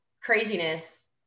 craziness